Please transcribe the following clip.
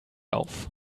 auf